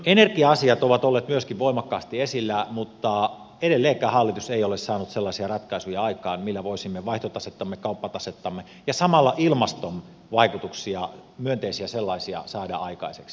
energia asiat ovat olleet myöskin voimakkaasti esillä mutta edelleenkään hallitus ei ole saanut sellaisia ratkaisuja aikaan millä voisimme parantaa vaihtotasettamme kauppatasettamme ja samalla ilmaston vaikutuksia myönteisiä sellaisia saada aikaiseksi